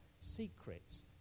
secrets